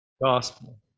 gospel